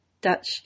Dutch